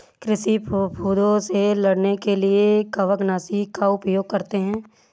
कृषि फफूदों से लड़ने के लिए कवकनाशी का उपयोग करते हैं